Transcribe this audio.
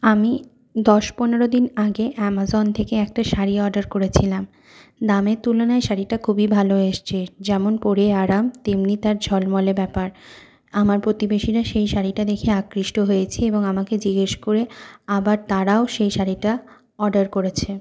আমি দশ পনেরো দিন আগে অ্যামাজন থেকে একটা শাড়ি অর্ডার করেছিলাম দামের তুলনায় শাড়িটা খুবই ভালো এসছে যেমন পরে আরাম তেমনি তার ঝলমলে ব্যাপার আমার প্রতিবেশীরা সেই শাড়িটা দেখে আকৃষ্ট হয়েছে এবং আমাকে জিজ্ঞেস করে আবার তারাও সেই শাড়িটা অর্ডার করেছে